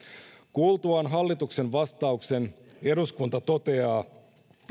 kuultuaan hallituksen vastauksen eduskunta toteaa